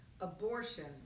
abortion